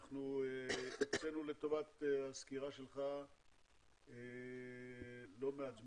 אנחנו הקצנו לטובת הסקירה שלך לא מעט זמן,